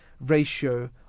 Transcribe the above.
ratio